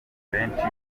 benshi